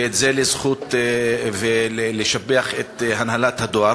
וזה לזכות, לשבח את הנהלת הדואר.